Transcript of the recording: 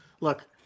Look